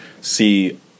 see